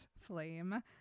flame